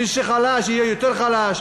מי שחלש יהיה יותר חלש.